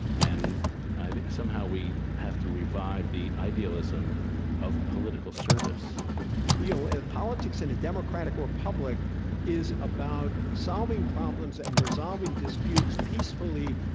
and i think, somehow, we have to revive the idealism of political service you know and politics in a democratic republic is about solving problems and resolving disputes peacefully,